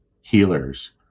healers